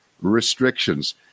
restrictions